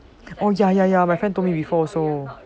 oh ya ya ya my friend told me before also